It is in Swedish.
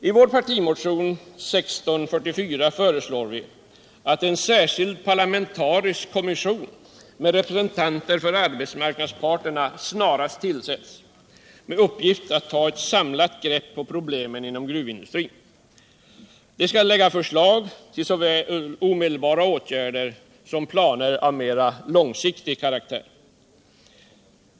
I vår partimotion 1644 föreslår vi att en särskild parlamentarisk kommission med representanter för arbetsmarknadsparterna snarast tillsätts för att ta ett samlat grepp på problemen inom gruvindustrin och framlägga förslag till omedelbara åtgärder och planer av mera långsiktig karaktär.